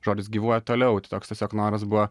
žodis gyvuoja toliau tai toks tiesiog noras buvo